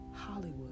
Hollywood